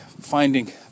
finding